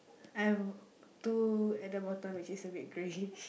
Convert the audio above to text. I've two at the bottom which is a bit greyish